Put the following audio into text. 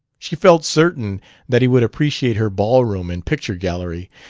she felt certain that he would appreciate her ballroom and picture-gallery,